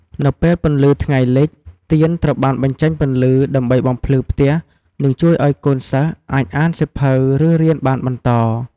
នៅពេលពន្លឺថ្ងៃលិច ទៀនត្រូវបានបញ្ចេញពន្លឺ ដើម្បីបំភ្លឺផ្ទះនិងជួយឱ្យកូនសិស្សអាចអានសៀវភៅឬរៀនបានបន្ត។